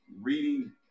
reading